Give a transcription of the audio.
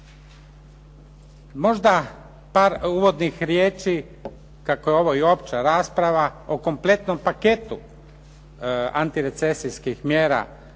Možda par uvodnih riječi kako je ovo i opća rasprava o kompletnom paketu antirecesijskih mjera